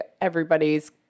everybody's